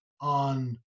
on